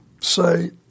say